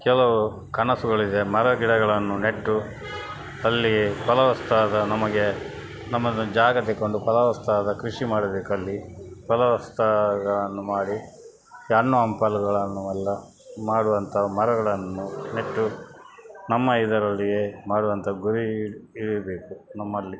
ಕೆಲವು ಕನಸುಗಳಿದೆ ಮರ ಗಿಡಗಳನ್ನು ನೆಟ್ಟು ಅಲ್ಲಿಯೇ ಫಲವತ್ತಾದ ನಮಗೆ ನಮ್ಮದೊಂದು ಜಾಗ ತೆಗೊಂಡು ಫಲವತ್ತಾದ ಕೃಷಿ ಮಾಡಬೇಕಲ್ಲಿ ಫಲವತ್ತಾದವನ್ನು ಮಾಡಿ ಈ ಹಣ್ಣು ಹಂಪಲುಗಳನ್ನು ಎಲ್ಲ ಮಾಡುವಂಥ ಮರಗಳನ್ನು ನೆಟ್ಟು ನಮ್ಮ ಇದರಲ್ಲಿಯೇ ಮಾಡುವಂಥ ಗುರಿ ಇರಬೇಕು ನಮ್ಮಲ್ಲಿ